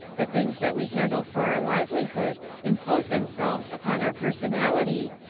the things that we handle for our livelihood impose themselves upon our personality,